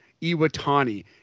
Iwatani